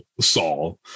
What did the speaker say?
Saul